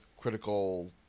critical